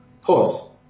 pause